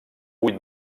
vuit